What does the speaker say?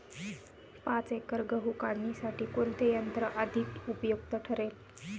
पाच एकर गहू काढणीसाठी कोणते यंत्र अधिक उपयुक्त ठरेल?